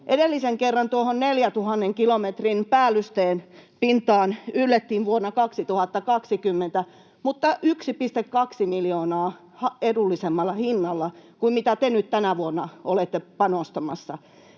Edellisen kerran 4 000 kilometrin päällystepintaan yllettiin vuonna 2020 mutta 1,2 miljoonaa edullisemmalla hinnalla kuin mitä te nyt tänä vuonna olette panostamassa.